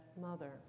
mother